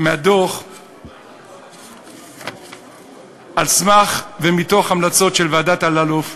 מהדוח ועל סמך המלצות של ועדת אלאלוף,